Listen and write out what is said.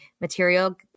material